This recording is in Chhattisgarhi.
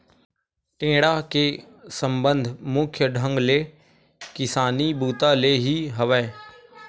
टेंड़ा के संबंध मुख्य ढंग ले किसानी बूता ले ही हवय